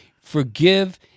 forgive